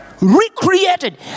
Recreated